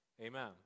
Amen